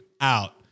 out